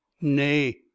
Nay